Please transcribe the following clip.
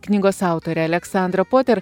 knygos autorė aleksandra poter